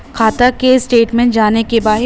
खाता के स्टेटमेंट जाने के बा?